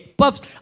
puffs